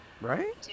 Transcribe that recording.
Right